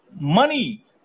money